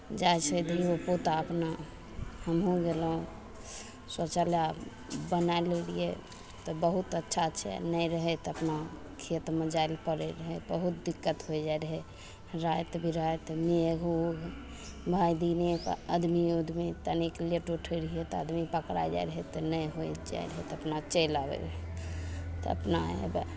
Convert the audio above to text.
जाइ छै धियोपुता अपना हमहूँ गेलहुँ शौचालय आब बनाय लेलियै तऽ बहुत अच्छा छै नहि रहय तऽ अपना खेतमे जाय लए पड़य रहय बहुत दिक्कत होइ जाइ रहय राति बिराति मेघ उघ भाइ दिनेकऽ आदमी उदमी तनिक लेट उठय रहियै तऽ आदमी पकड़ा जाइ रहय तऽ नहि होइ जाइ रहय तऽ अपना चलि आबय रहय तऽ अपना